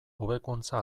hobekuntza